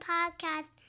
Podcast